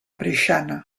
preixana